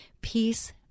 Peace